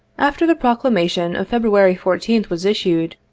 after the proclamation of february fourteenth, was issued,